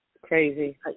crazy